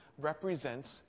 represents